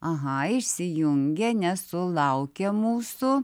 aha išsijungė nesulaukė mūsų